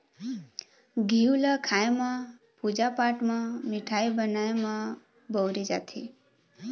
घींव ल खाए म, पूजा पाठ म, मिठाई बनाए म बउरे जाथे